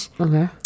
okay